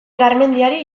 garmendiari